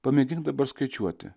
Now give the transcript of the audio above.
pamėgink dabar skaičiuoti